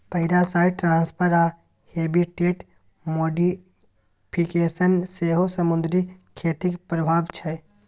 parasite transfer आ habitat modification सेहो समुद्री खेतीक प्रभाब छै